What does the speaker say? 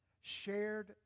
shared